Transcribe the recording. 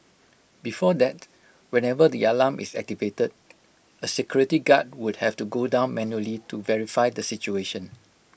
before that whenever the alarm is activated A security guard would have to go down manually to verify the situation